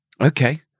Okay